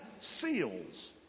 seals